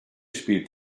spielt